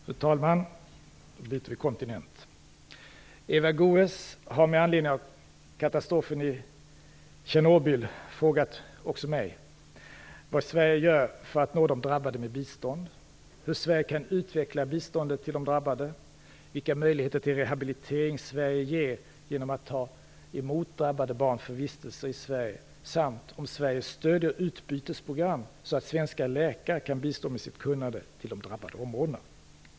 Fru talman! Eva Goës har med anledning av katastrofen i Tjernobyl frågat mig vad Sverige gör för att nå de drabbade med bistånd, hur Sverige kan utveckla biståndet till de drabbade, vilka möjligheter till rehabilitering Sverige ger genom att ta emot drabbade barn för vistelser i Sverige samt om Sverige stöder utbytesprogram så att svenska läkare kan bistå med sitt kunnande till de drabbade områdena.